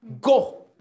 Go